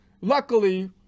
luckily